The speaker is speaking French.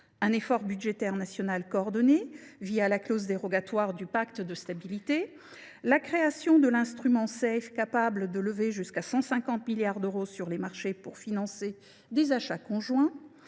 un effort budgétaire national coordonné, la clause dérogatoire du pacte de stabilité ; la création de l’instrument Safe, capable de lever jusqu’à 150 milliards d’euros sur les marchés pour financer des achats conjoints